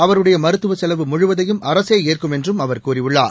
அவருடையமருத்துவசெலவு முழுவதையும் அரசேஏற்கும் என்றும் அவர் கூறியுள்ளார்